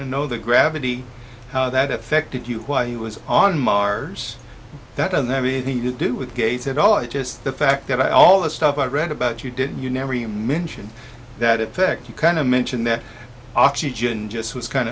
to know the gravity that affected you why he was on mars that doesn't have anything to do with gates at all it's just the fact that all the stuff i read about you did you never even mentioned that effect you kind of mentioned that oxygen just was kind